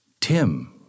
Tim